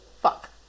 Fuck